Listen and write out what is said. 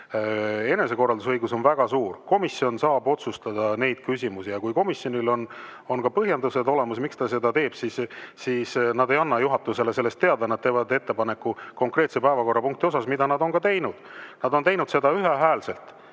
enesekorraldusõigus on väga suur, komisjon saab otsustada neid küsimusi, ja kui komisjonil on põhjendused olemas, miks ta seda teeb, siis nad ei anna juhatusele sellest teada. Nad teevad ettepaneku konkreetse päevakorrapunkti puhul, mida nad on ka teinud. Nad on teinud seda ühehäälselt